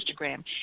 Instagram